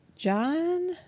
John